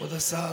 כבוד השר,